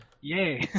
Yay